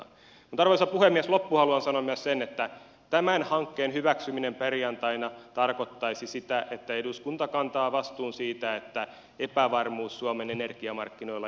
mutta arvoisa puhemies loppuun haluan sanoa myös sen että tämän hankkeen hyväksyminen perjantaina tarkoittaisi sitä että eduskunta kantaa vastuun siitä että epävarmuus suomen energiamarkkinoilla jatkuu